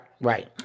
right